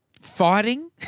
fighting